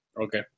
okay